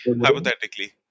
Hypothetically